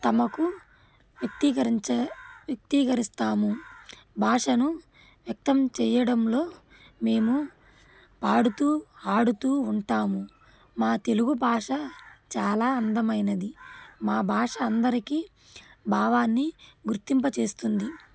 తమకు వ్యక్తీకరించే వ్యక్తీకరిస్తాము భాషను వ్యక్తం చెయ్యడంలో మేము పాడుతూ ఆడుతూ ఉంటాము మా తెలుగు భాష చాలా అందమైనది మా భాష అందరికీ భావాన్ని గుర్తింపచేస్తుంది